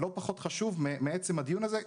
הוא לא פחות חשוב מעצם הדיון הזה,